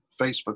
Facebook